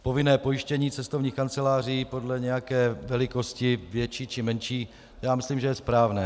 Povinné pojištění cestovních kanceláří podle nějaké velikosti, větší či menší, já myslím, že je správné.